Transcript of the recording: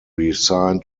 resign